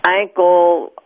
ankle